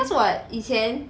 cause 我以前